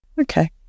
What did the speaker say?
Okay